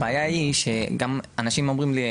הבעיה היא גם שאנשים אומרים לי,